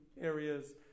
areas